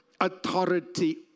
authority